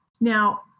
Now